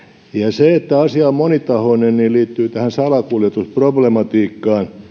se että asia on monitahoinen liittyy salakuljetusproblematiikkaan